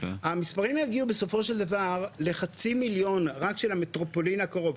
המספרים יגיעו בסופו של דבר לחצי מיליון רק של המטרופולין הקרוב.